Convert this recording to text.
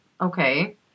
Okay